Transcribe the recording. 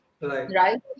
Right